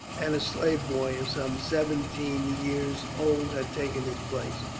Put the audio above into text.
and a slave boy of some seventeen years old had taken his place.